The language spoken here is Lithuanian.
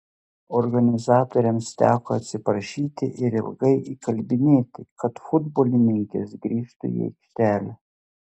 organizatoriams teko atsiprašyti ir ilgai įkalbinėti kad futbolininkės grįžtų į aikštelę